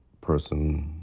person.